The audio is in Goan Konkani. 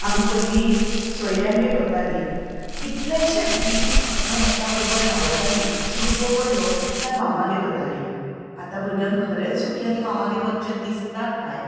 आमी पयलीं सोयऱ्यांगेर वतालीं कितलेशे दीस एकामेकां बरोबर रावतालीं सुटयो पडल्यो काय मामागेर वतालीं आतां भुरग्यांक खरेंच सुटयांनी मामागेर वचचें दिसता काय